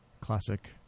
classic